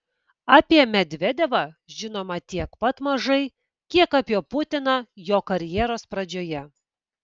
apie medvedevą žinoma tiek pat mažai kiek apie putiną jo karjeros pradžioje